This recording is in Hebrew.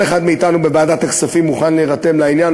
כל אחד מאתנו בוועדת הכספים מוכן להירתם לעניין,